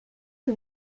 que